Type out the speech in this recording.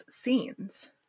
scenes